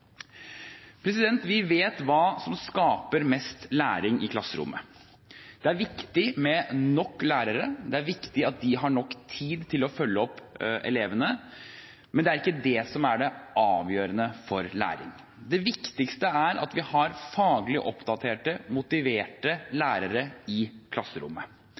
Vi vet hva som skaper mest læring i klasserommet. Det er viktig med nok lærere, og det er viktig at de har nok tid til å følge opp elevene, men det er ikke det som er det avgjørende for læring. Det viktigste er at vi har faglig oppdaterte og motiverte lærere i klasserommet.